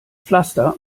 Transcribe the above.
pflaster